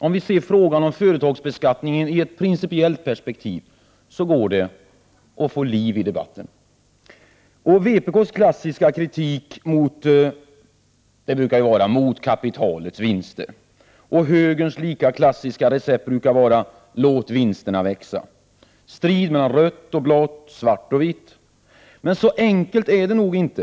Om vi ser frågan om företagsbeskattningen i ett principiellt perspektiv, går det att få liv i diskussionen. Vpk:s klassiska kritik brukar rikta sig mot kapitalets vinster. Högerns lika klassiska recept brukar vara: Låt vinsterna växa! Det är striden mellan rött — Prot. 1988/89:125 och blått, svart och vitt. Men så enkelt är det nog inte.